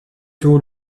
tôt